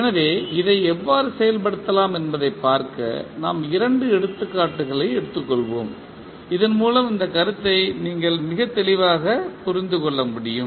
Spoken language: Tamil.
எனவே இதை எவ்வாறு செயல்படுத்தலாம் என்பதைப் பார்க்க நாம் இரண்டு எடுத்துக்காட்டுகளை எடுத்துக்கொள்வோம் இதன் மூலம் இந்த கருத்தை நீங்கள் மிக தெளிவாக புரிந்து கொள்ள முடியும்